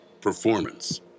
Performance